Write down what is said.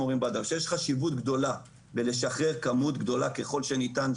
שיש חשיבות גדולה בשחרור כמות גדולה של ילדים ככל שניתן